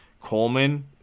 Coleman